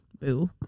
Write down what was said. Boo